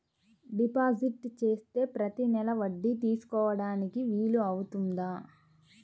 Deposit చేస్తే ప్రతి నెల వడ్డీ తీసుకోవడానికి వీలు అవుతుందా?